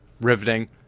riveting